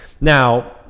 Now